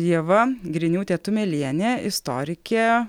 ieva griniūtė tumelienė istorikė